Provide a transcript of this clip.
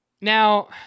now